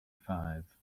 five